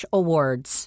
awards